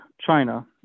China